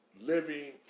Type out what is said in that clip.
living